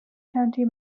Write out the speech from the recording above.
county